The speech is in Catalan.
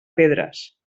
pedres